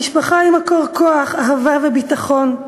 המשפחה היא מקור כוח, אהבה וביטחון.